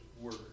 word